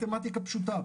מתמטיקה פשוטה,